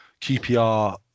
QPR